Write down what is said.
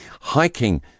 hiking